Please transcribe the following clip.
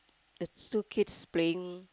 the suitcase is playing